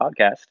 Podcast